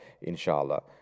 inshallah